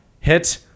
hit